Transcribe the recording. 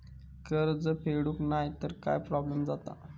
कर्ज फेडूक नाय तर काय प्रोब्लेम जाता?